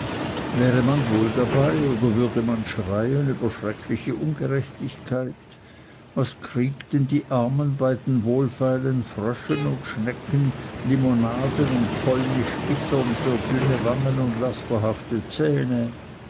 wäre man wohl da bei oder würde man schreien über schreckliche ungerechtigkeit was kriegten die armen bei den wohlfeilen fröschen und schnecken limonaden und polnisch bittern für dünne wangen und lasterhafte zähne